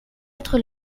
être